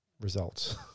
results